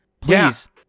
Please